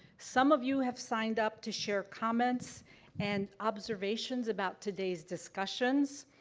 some of you have signed up to share comments and observations about today's discussions.